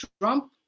Trump